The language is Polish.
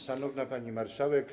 Szanowna Pani Marszałek!